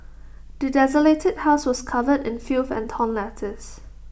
the desolated house was covered in filth and torn letters